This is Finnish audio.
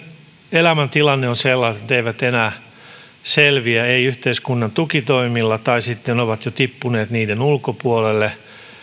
elämäntilanne on sellainen etteivät he enää selviä eivät yhteiskunnan tukitoimillakaan tai sitten ovat jo tippuneet niiden ulkopuolelle